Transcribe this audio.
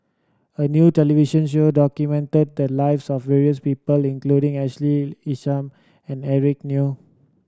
a new television show documented the lives of various people including Ashley Isham and Eric Neo